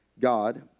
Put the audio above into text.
God